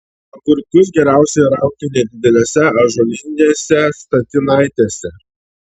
agurkus geriausia raugti nedidelėse ąžuolinėse statinaitėse